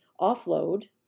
offload